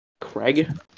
Craig